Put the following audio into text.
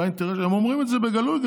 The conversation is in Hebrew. הם גם אומרים את זה בגלוי.